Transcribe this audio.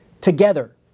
together